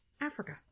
Africa